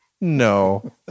No